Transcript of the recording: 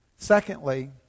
Secondly